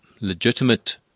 legitimate